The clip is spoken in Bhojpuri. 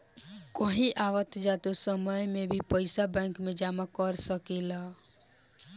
कहीं आवत जात समय में भी पइसा बैंक में जमा कर सकेलऽ